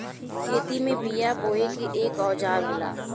खेती में बिया बोये के एक औजार होला